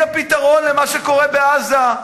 היא הפתרון למה שקורה בעזה.